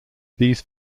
these